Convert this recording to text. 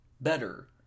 better